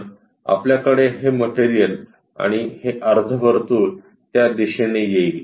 तर आपल्याकडे हे मटेरियल आणि हे अर्ध वर्तुळ त्या दिशेने येईल